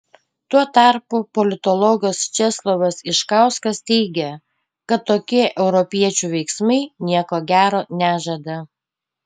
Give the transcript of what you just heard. tuo tarpu politologas česlovas iškauskas teigia kad tokie europiečių veiksmai nieko gero nežada